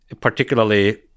particularly